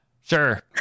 sure